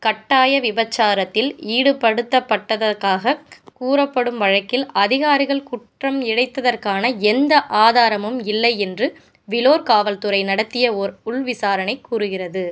கட்டாய விபச்சாரத்தில் ஈடுபடுத்தப்பட்டதற்காகக் கூறப்படும் வழக்கில் அதிகாரிகள் குற்றம் இழைத்ததற்கான எந்த ஆதாரமும் இல்லை என்று விலோர் காவல்துறை நடத்திய ஓர் உள்விசாரணை கூறுகிறது